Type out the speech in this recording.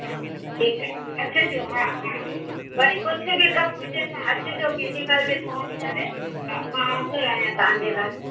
ठीकु आहे अचिजो हा हा वरी कुझु बि कमु हुजे तव्हां अचिजो केॾी महिल बि फ़ोन करे हा मां हाज़िरु आहियां तव्हां जे लाइ